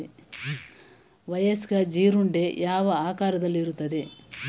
ವಯಸ್ಕ ಜೀರುಂಡೆ ಯಾವ ಆಕಾರದಲ್ಲಿರುತ್ತದೆ?